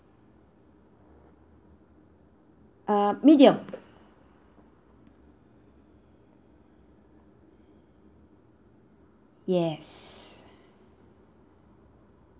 uh medium yes